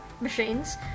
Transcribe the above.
machines